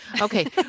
Okay